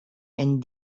and